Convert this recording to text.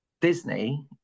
Disney